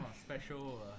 special